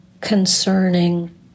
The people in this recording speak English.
concerning